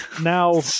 now